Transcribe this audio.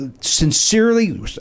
sincerely